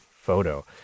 photo